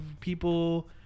people